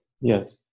Yes